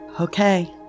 okay